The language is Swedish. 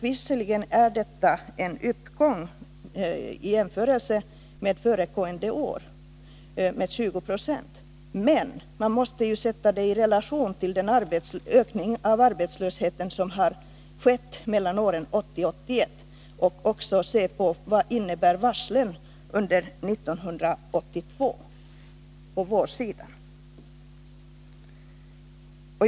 Visserligen görs det nu en uppräkning i jämförelse med föregående år med 20970, men man måste ju sätta detta i relation till den ökning av arbetslösheten som har skett mellan 1980 och 1981 och också se på vad varslen innebär under våren 1982.